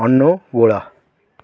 Angul